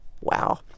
Wow